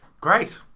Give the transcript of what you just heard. Great